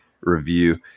review